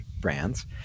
brands